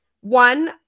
one